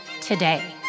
today